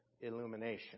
illumination